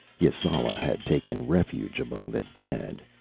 yasala had taken refuge among the dead.